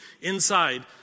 inside